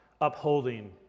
upholding